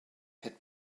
had